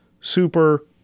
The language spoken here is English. Super